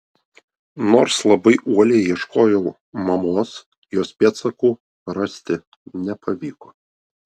nors labai uoliai ieškojau mamos jos pėdsakų rasti nepavyko